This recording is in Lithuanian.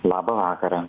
labą vakarą